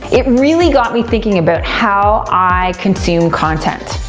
it really got me thinking about how i consume content.